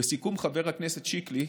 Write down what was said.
לסיכום, חבר הכנסת שיקלי,